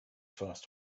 first